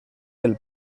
del